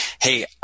Hey